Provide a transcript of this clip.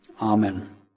Amen